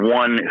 one